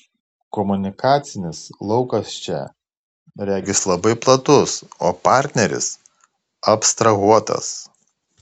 komunikacinis laukas čia regis labai platus o partneris abstrahuotas